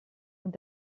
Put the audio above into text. und